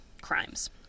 crimes